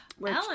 Ellen